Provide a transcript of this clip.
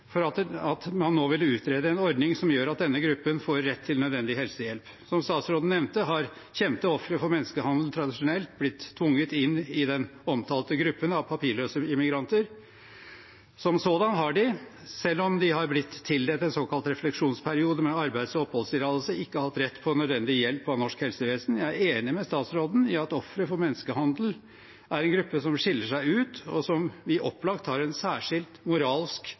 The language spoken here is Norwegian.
utrede en ordning som gjør at denne gruppen får rett til nødvendig helsehjelp, og jeg vil takke regjeringen for det. Som statsråden nevnte, har kjente ofre for menneskehandel tradisjonelt blitt tvunget inn i den omtalte gruppen av papirløse migranter. Som sådanne har de, selv om de er blitt tildelt en såkalt refleksjonsperiode med arbeids- og oppholdstillatelse, ikke hatt rett til nødvendig hjelp av norsk helsevesen. Jeg er enig med statsråden i at ofre for menneskehandel er en gruppe som skiller seg ut, og som vi opplagt har en særskilt moralsk